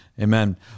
Amen